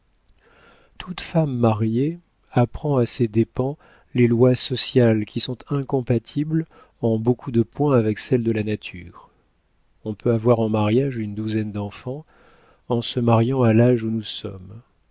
toute femme mariée apprend à ses dépens les lois sociales qui sont incompatibles en beaucoup de points avec celles de la nature on peut avoir en mariage une douzaine d'enfants en se mariant à l'âge où nous sommes